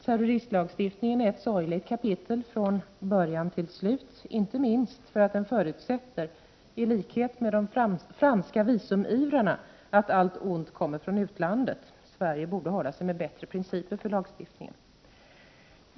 Terroristlagstiftningen är ett sorgligt kapitel från början till slut, inte minst därför att den förutsätter, i likhet med de franska visumivrarna, att allt ont kommer från utlandet. Sverige borde hålla sig med bättre principer för lagstiftningen.